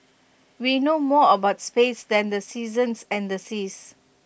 we know more about space than the seasons and the seas